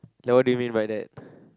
like what do you mean by that